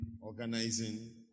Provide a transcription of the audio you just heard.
organizing